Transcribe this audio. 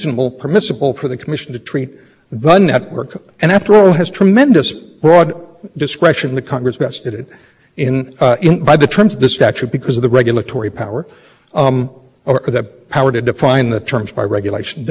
that assumes that public switch network retains the same meaning that it had before but the point is that there's a capability of reaching everybody on the old understanding of publics that network because of the convergence of technology i'm the convergence